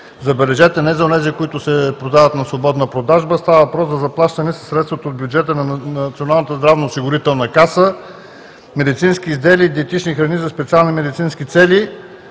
Забележете – не за онези, които се продават на свободна продажба, а става въпрос за заплащане със средствата от бюджета на Националната здравноосигурителна каса на медицински изделия и диетични храни за специални медицински цели.